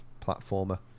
platformer